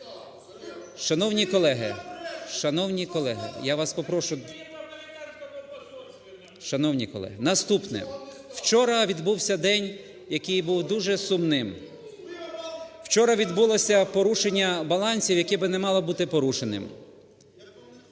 Шановні колеги, наступне. Вчора відбувся день, який був дуже сумним, вчора відбулося порушення балансів, які би не мали бути порушеними.